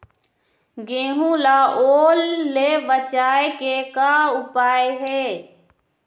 गेहूं ला ओल ले बचाए के का उपाय हे?